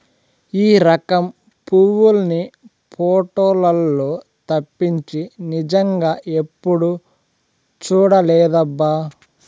ఈ రకం పువ్వుల్ని పోటోలల్లో తప్పించి నిజంగా ఎప్పుడూ చూడలేదబ్బా